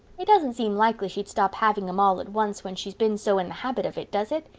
it doesn't seem likely she'd stop having them all at once when she's been so in the habit of it, does it?